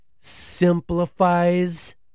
simplifies